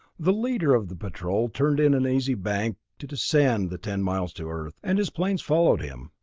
the leader of the patrol turned in an easy bank to descend the ten miles to earth, and his planes followed him.